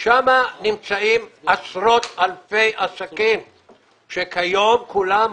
שם נמצאים עשרות אלפי עסקים שכיום כולם,